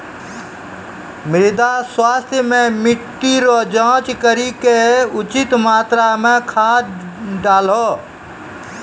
मृदा स्वास्थ्य मे मिट्टी रो जाँच करी के उचित मात्रा मे खाद डालहो